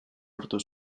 lortu